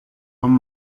con